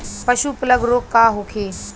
पशु प्लग रोग का होखे?